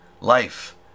Life